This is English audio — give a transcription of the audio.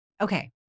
Okay